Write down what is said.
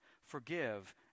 forgive